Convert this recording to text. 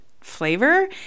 flavor